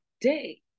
day